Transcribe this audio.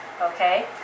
okay